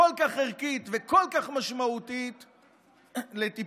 הכל-כך ערכית, וכל כך משמעותית לטיפול.